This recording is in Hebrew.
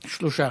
שלושה.